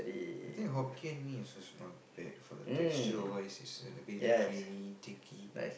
I think Hokkien-Mee is also not bad for the texture wise is a bit of creamy thicky